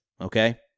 okay